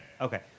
Okay